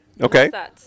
Okay